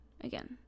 again